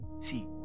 see